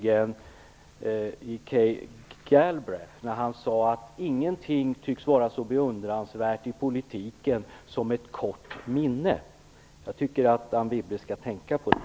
Det var John Kenneth Galbthght som sade att ingenting tycks vara så beundransvärt i politiken som ett kort minne. Jag tycker Anne Wibble skall tänka på det.